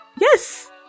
Yes